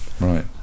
Right